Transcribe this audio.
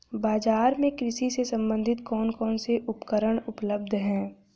बाजार में कृषि से संबंधित कौन कौन से उपकरण उपलब्ध है?